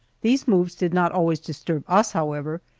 these moves did not always disturb us, however,